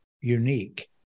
unique